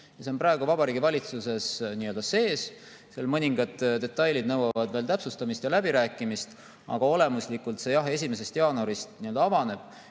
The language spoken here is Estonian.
See on praegu Vabariigi Valitsuses nii-öelda sees, seal mõningad detailid nõuavad veel täpsustamist ja läbirääkimist, aga olemuslikult see jah 1. jaanuarist avaneb.